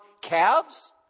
calves